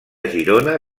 girona